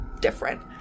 different